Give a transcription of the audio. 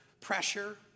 pressure